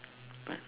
but